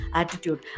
attitude